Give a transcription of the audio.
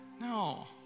No